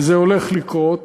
וזה הולך לקרות,